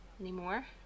anymore